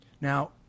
Now